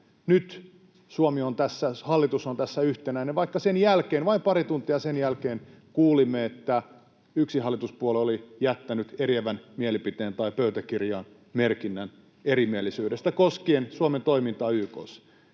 nyt Suomi on tässä, hallitus on tässä yhtenäinen, vaikka sen jälkeen, vain pari tuntia sen jälkeen, kuulimme, että yksi hallituspuolue oli jättänyt pöytäkirjaan merkinnän erimielisyydestä koskien Suomen toimintaa YK:ssa.